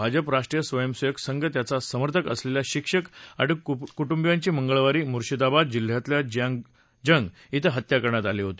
भाजप राष्ट्रीय स्वयंसेवक संघ यांचा समर्थक असलेल्या शिक्षक आणि कुटुंबियांची मंगळवारी मुर्शिदाबाद जिल्ह्यातल्या जियागंज क्वें हत्या करण्यात आली होती